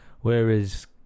Whereas